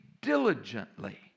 diligently